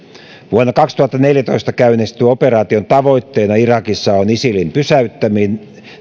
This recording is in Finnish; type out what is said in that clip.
vuonna kaksituhattaneljätoista käynnistyneen operaation tavoitteena irakissa on isilin pysäyttäminen